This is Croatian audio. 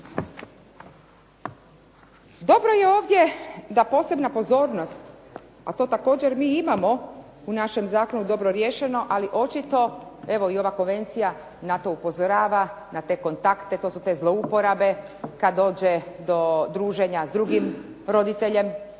Dobro je ovdje da posebna pozornost, a to također mi imamo u našem zakonu dobro riješeno, ali očito i ova konvencija na to upozorava, na te kontakte, to su te zlouporabe kada dođe do druženja s drugim roditeljem